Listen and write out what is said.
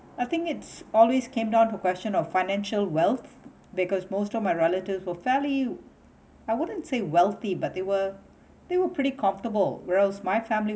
I think it's always came down to question of financial wealth because most of my relatives were fairly I wouldn't say wealthy but they were they were pretty comfortable where else my family